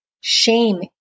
Shame